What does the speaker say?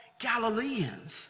Galileans